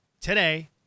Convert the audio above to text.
today